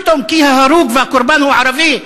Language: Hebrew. כי ההרוג והקורבן הוא ערבי,